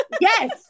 yes